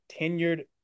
tenured